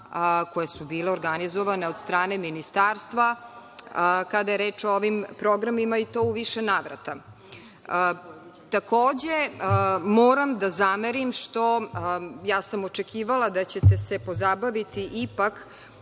koje su bile organizovane od strane ministarstva, kada je reč o ovim programima i to u više navrata. Takođe, moram da zamerim, ja sam očekivala da ćete se pozabaviti ipak